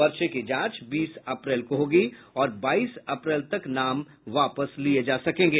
पर्चे की जांच बीस अप्रैल को होगी और बाईस अप्रैल तक नाम वापस लिये जा सकेंगे